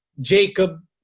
Jacob